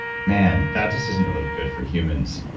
man, that just isn't really good for humans.